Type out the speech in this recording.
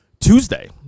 Tuesday